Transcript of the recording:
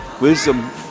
wisdom